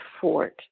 fort